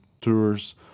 tours